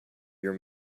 your